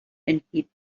entgeht